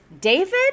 David